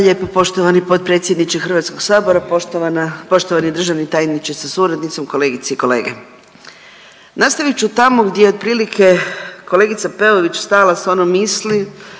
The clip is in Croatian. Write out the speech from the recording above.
lijepo poštovani potpredsjedniče HS, poštovani državni tajniče sa suradnicom, kolegice i kolege. Nastavi ću tamo gdje je otprilike kolegica Peović stala s onom misli